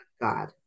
god